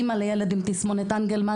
אימא לילד עם תסמונת אנגלמן,